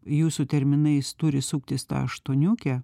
jūsų terminais turi suktis ta aštuoniukė